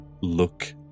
look